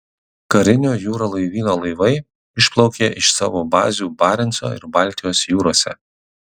karinio jūrų laivyno laivai išplaukė iš savo bazių barenco ir baltijos jūrose